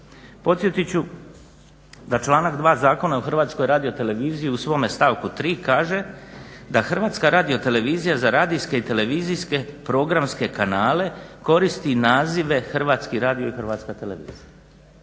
Podsjetit ću da članak 2. Zakona o Hrvatskoj radioteleviziji u svome stavku 3. kaže da Hrvatska radiotelevizija za radijske i televizijske programske kanale koristi nazive Hrvatski radio i Hrvatska televizija.